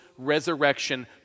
Resurrection